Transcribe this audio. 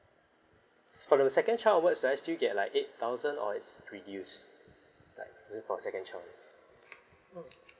s~ for the second child onwards right I still get like eight thousand or it's reduced like is it for second child only mm